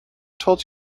told